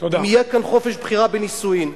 אם יהיה כאן חופש בחירה בנישואים.